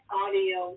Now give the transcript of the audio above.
audio